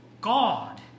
God